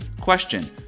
Question